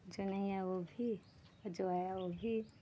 जो नहीं है वो भी जो है वो भी